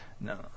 No